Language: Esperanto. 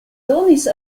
donis